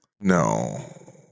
No